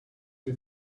you